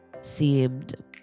seemed